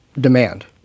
demand